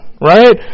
Right